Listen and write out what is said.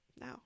no